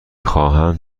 خواهم